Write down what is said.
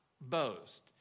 boast